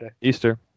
Easter